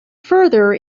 further